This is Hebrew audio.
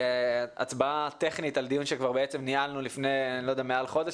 להצבעה טכנית על דיון שכבר ניהלנו לפני מעל חודש,